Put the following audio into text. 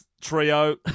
trio